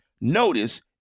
Notice